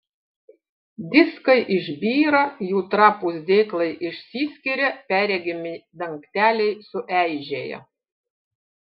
diskai išbyra jų trapūs dėklai išsiskiria perregimi dangteliai sueižėja